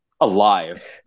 alive